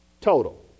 total